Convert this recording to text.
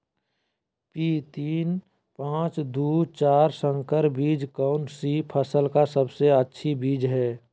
P तीन पांच दू चार संकर बीज कौन सी फसल का सबसे अच्छी बीज है?